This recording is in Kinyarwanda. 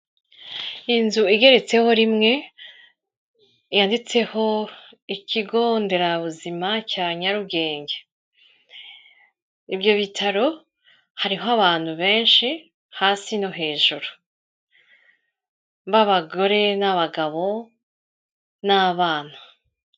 Inzu igeretseho rimwe yanditseho ikigo nderabuzima cya Nyarugenge. Ibyo bitaro hariho abantu benshi hasi no hejuru b'abagore n'abagabo n'abana.